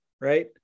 right